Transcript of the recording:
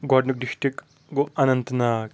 گوٚڈنیُٚک district گوٚو اَننت ناگ